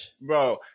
bro